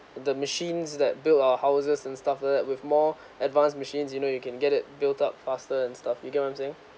the machines that build our houses and stuff them with more advanced machines you know you can get it built up faster and stuff you get what I'm saying